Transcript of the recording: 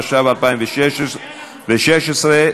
התשע"ו 2016,